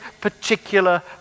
particular